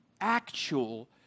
actual